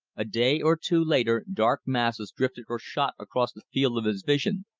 a day or two later dark masses drifted or shot across the field of his vision,